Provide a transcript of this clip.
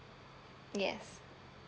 yes